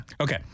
Okay